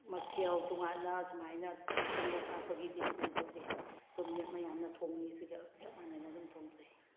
ꯃꯊꯦꯜ ꯇꯣꯉꯥꯟꯅ ꯁꯨꯃꯥꯏꯅ ꯊꯣꯡꯕ ꯊꯥꯛꯄꯒꯤꯗꯤ ꯂꯩꯖꯗꯦ ꯑꯗꯨꯝ ꯃꯌꯥꯝꯅ ꯊꯣꯡꯉꯤꯁꯤꯒ ꯆꯞ ꯃꯥꯟꯅꯅ ꯑꯗꯨꯝ ꯊꯣꯡꯖꯩ